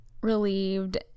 relieved